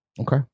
Okay